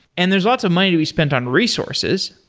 and there's lots of money to be spent on resources.